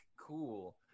cool